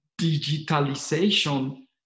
digitalization